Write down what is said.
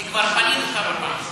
כי כבר פנינו כמה פעמים.